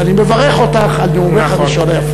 ואני מברך אותך על נאומך הראשון היפה.